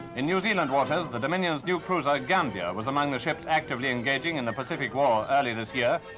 in new zealand waters, the dominion's new cruiser gambia was among the ships actively engaging in the pacific war earlier this year.